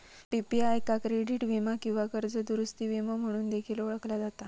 PPI का credit वीमा किंवा कर्ज दुरूस्ती विमो म्हणून देखील ओळखला जाता